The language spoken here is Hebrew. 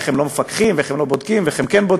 איך הם לא מפקחים ואיך הם לא בודקים ואיך הם כן בודקים,